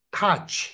touch